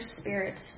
spirit